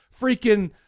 freaking